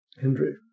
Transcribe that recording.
Henry